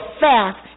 fast